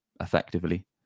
effectively